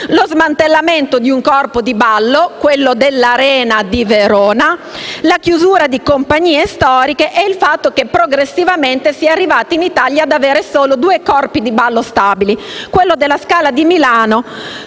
lo smantellamento di un corpo di ballo, quello dell'Arena di Verona, la chiusura di compagnie storiche e il fatto che progressivamente si è arrivati in Italia ad avere solo due corpi di ballo stabili: quello della Scala di Milano